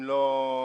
אם לא מאות,